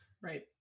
Right